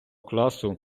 класу